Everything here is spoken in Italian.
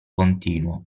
continuo